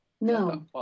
No